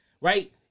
right